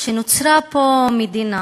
שנוצרה פה מדינה